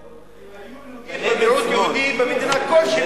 אם היו נוהגים במיעוט יהודי במדינה כלשהי